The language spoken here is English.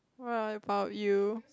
what about you